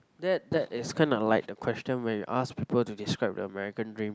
that that is kind of like the question where you ask people to describe the American dream